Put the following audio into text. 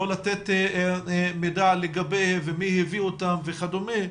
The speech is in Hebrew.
לא לתת מידע לגבי ומי הביא אותם וכדומה.